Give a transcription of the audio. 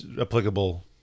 applicable